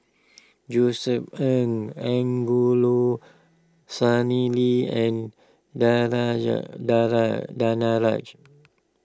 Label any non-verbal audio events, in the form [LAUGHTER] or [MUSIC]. Josef Ng Angelo Sanelli and [UNINTELLIGIBLE] Danaraj